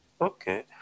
Okay